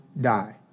die